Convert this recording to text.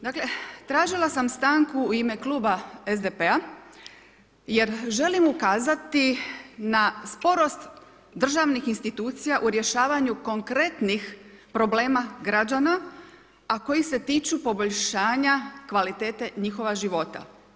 Dakle, tražila sam stanku u ime kluba SDP-a jer želim ukazati na sporost državnih institucija u rješavanju konkretnih problema građana a koji se tiču poboljšanja kvalitete njihova života.